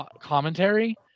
commentary